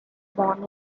born